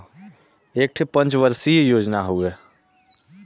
एक ठे पंच वर्षीय योजना हउवे